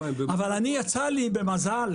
אבל אני יצא לי במזל